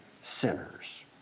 sinners